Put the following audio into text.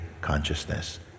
consciousness